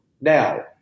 Now